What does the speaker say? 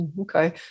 okay